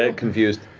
ah confused.